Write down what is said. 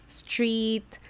street